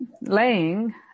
laying